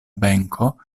benko